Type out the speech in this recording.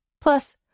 Plus